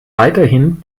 weiterhin